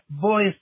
voice